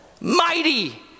Mighty